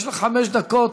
יש לך חמש דקות,